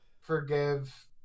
forgive